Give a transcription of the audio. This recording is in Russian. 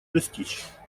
достичь